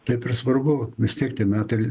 taip ir svarbu vis tiek tie metai